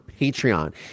Patreon